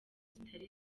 zitari